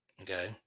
Okay